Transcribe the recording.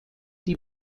die